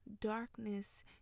Darkness